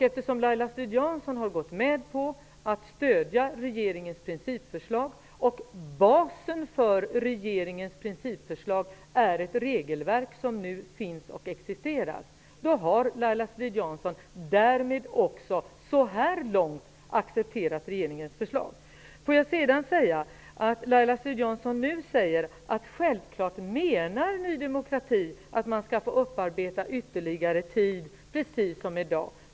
Eftersom Laila Strid-Jansson har gått med på att stödja regeringens principförslag -- och basen för det förslaget är ett regelverk som nu existerar -- har hon därmed också, så här långt, accepterat regeringens förslag. Laila Strid-Jansson säger nu att Ny demokrati självfallet menar att man skall få upparbeta ytterligare tid, precis som i dag.